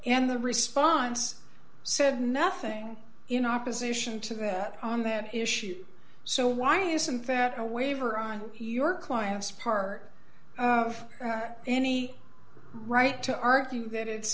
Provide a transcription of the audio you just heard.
and the response said nothing in opposition to that on that issue so why isn't that a waiver on your client's part of any right to argue that it's